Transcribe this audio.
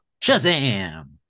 Shazam